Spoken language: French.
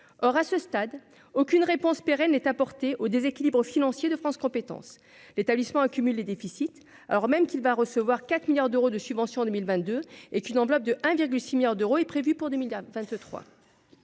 or, à ce stade, aucune réponse pérenne est apporté au déséquilibre financier de France compétences l'établissement, accumule les déficits, alors même qu'il va recevoir 4 milliards d'euros de subventions en 2 1000 22 et qu'une enveloppe de 1,6 milliards d'euros, est prévue pour 2023,